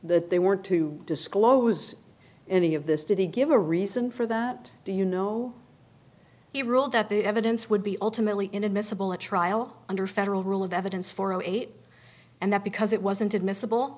that they were to disclose any of this did he give a reason for that do you know he ruled that the evidence would be ultimately inadmissible a trial under federal rule of evidence for eight and that because it wasn't admissible